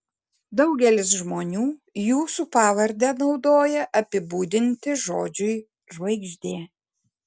daugelis žmonių jūsų pavardę naudoja apibūdinti žodžiui žvaigždė